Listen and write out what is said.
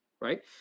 right